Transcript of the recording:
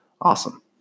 awesome